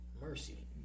Mercy